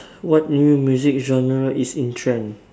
what new music genre is in trend